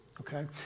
Okay